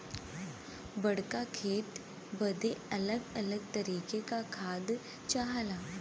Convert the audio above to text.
बड़्का खेत बदे अलग अलग तरीके का खाद चाहला